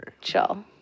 chill